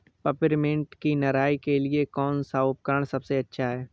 Peppermint की निराई के लिए कौन सा उपकरण सबसे अच्छा है?